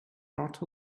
trot